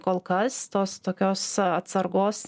kol kas tos tokios atsargos